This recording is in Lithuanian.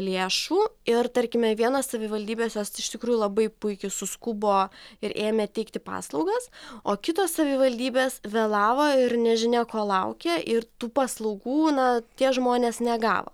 lėšų ir tarkime vienos savivaldybės jos iš tikrųjų labai puikiai suskubo ir ėmė teikti paslaugas o kitos savivaldybės vėlavo ir nežinia ko laukė ir tų paslaugų būna tie žmonės negavo